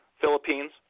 philippines